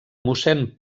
mossèn